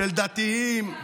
של דתיים,